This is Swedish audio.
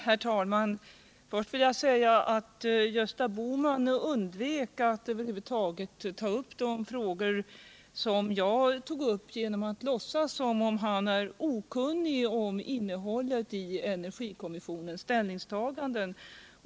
Herr talman! Gösta Bohman undvek att över huvud taget gå in på de frågor som jag tog upp — genom att låtsas som om han är okunnig om innehållet i energikommissionens ställningstaganden.